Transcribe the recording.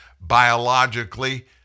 biologically